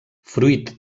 fruit